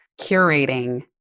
curating